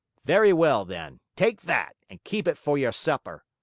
very well, then! take that, and keep it for your supper,